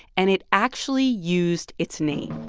and it actually used its name